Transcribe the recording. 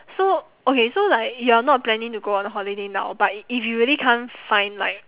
so okay so like you are not planning to go on holiday now but if you really can't find like